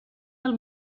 del